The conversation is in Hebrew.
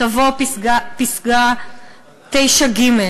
תבוא פסקה (9ג),